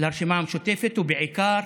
לרשימה המשותפת, ובעיקר